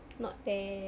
not that